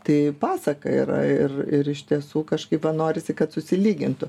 tai pasaka yra ir ir iš tiesų kažkaip va norisi kad susilygintų